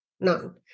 None